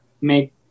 make